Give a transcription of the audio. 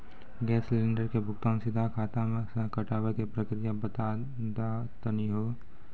Gas cylinder के भुगतान सीधा खाता से कटावे के प्रक्रिया बता दा तनी हो?